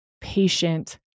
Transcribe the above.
patient